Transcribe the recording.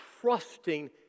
trusting